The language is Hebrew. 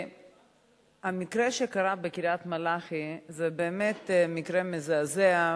המקרה שקרה בקריית-מלאכי הוא באמת מקרה מזעזע,